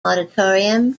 auditorium